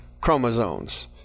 chromosomes